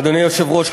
אדוני היושב-ראש,